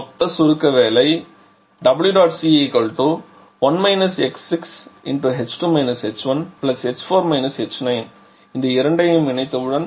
மொத்த சுருக்க வேலை WC1 x6h2 h1h4 h9 இந்த இரண்டையும் இணைத்தவுடன் COP 4